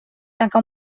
tanca